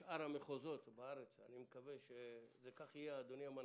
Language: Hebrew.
לכל הארץ אני מקווה שכך יהיה, אדוני המנכ"ל,